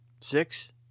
six